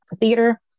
Theater